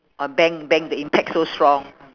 or bang bang the impact so strong